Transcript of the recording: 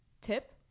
Tip